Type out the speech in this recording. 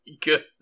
good